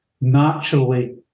naturally